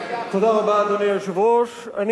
אדוני היושב-ראש, תודה רבה.